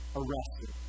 arrested